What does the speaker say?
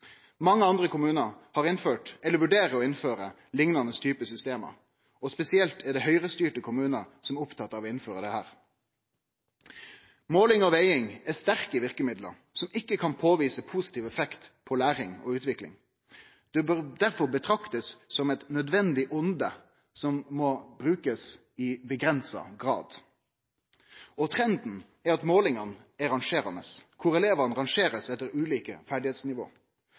Mange andre kommunar har innført, eller vurderer å innføre, liknande type system, og spesielt er det Høgre-styrte kommunar som er opptatt av å innføre dette. Måling og veging er sterke verkemiddel som ikkje kan påvise positiv effekt på læring og utvikling. Det bør derfor bli betrakta som eit nødvendig vonde som må bli brukt i avgrensa grad. Trenden er at målingane er rangerande, kor elevane blir rangerte etter ulike